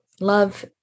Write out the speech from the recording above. Love